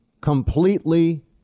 completely